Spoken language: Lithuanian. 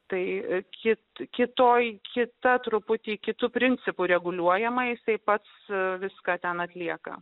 tai jis tiki toji kita truputį kitu principu reguliuojama jisai pats viską ten atlieka